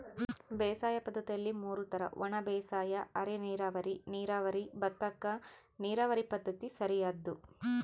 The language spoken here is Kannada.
ಬೇಸಾಯ ಪದ್ದತಿಯಲ್ಲಿ ಮೂರು ತರ ಒಣಬೇಸಾಯ ಅರೆನೀರಾವರಿ ನೀರಾವರಿ ಭತ್ತಕ್ಕ ನೀರಾವರಿ ಪದ್ಧತಿ ಸರಿಯಾದ್ದು